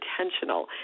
intentional